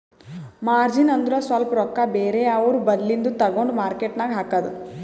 margin ಅಂದುರ್ ಸ್ವಲ್ಪ ರೊಕ್ಕಾ ಬೇರೆ ಅವ್ರ ಬಲ್ಲಿಂದು ತಗೊಂಡ್ ಮಾರ್ಕೇಟ್ ನಾಗ್ ಹಾಕದ್